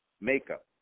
makeup